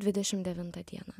dvidešim devintą dieną